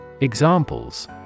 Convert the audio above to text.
Examples